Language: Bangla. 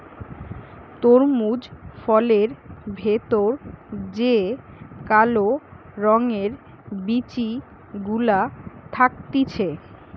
তরমুজ ফলের ভেতর যে কালো রঙের বিচি গুলা থাকতিছে